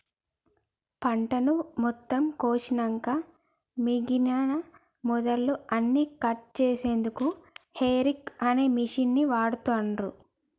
పంటను మొత్తం కోషినంక మిగినన మొదళ్ళు అన్నికట్ చేశెన్దుకు హేరేక్ అనే మిషిన్ని వాడుతాన్రు